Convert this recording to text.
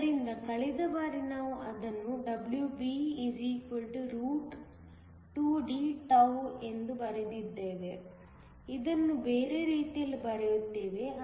ಆದ್ದರಿಂದ ಕಳೆದ ಬಾರಿ ನಾವು ಅದನ್ನು WB2Dτ ಎಂದು ಬರೆದಿದ್ದೇವೆ ಇದನ್ನು ಬೇರೆ ರೀತಿಯಲ್ಲಿ ಬರೆಯುತ್ತೇವೆ